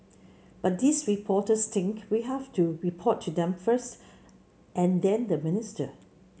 but these reporters think we have to report to them first and then the minister